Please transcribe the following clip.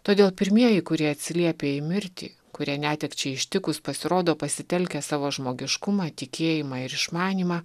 todėl pirmieji kurie atsiliepia į mirtį kurie netekčiai ištikus pasirodo pasitelkę savo žmogiškumą tikėjimą ir išmanymą